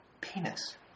penis